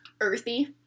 Earthy